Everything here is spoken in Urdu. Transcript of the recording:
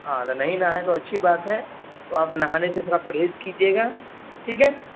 ہاں اگر نہیں نہائے ہیں تو اچھی بات ہے تو آپ نہانے سے تھوڑا پرہیز کیجیے گا ٹھیک ہے